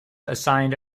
assigned